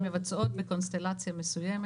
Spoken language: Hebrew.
הן מבצעות בקונסטלציה מסוימת.